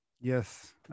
Yes